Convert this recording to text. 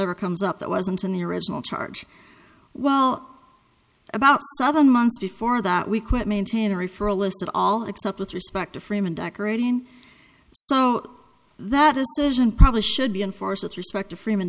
ever comes up that wasn't in the original charge well about seven months before that we quit maintainer e for a list of all except with respect to freeman decorating so that decision probably should be enforced with respect to freeman